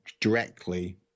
directly